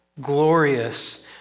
glorious